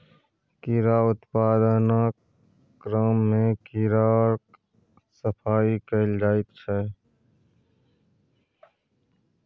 कीड़ा उत्पादनक क्रममे कीड़ाक सफाई कएल जाइत छै